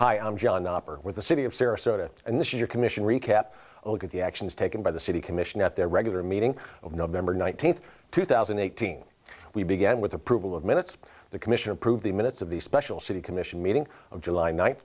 hi i'm john operate with the city of sarasota and this is your commission recap at the actions taken by the city commission at their regular meeting of november nineteenth two thousand and eighteen we began with approval of minutes the commission approved the minutes of the special city commission meeting of july ni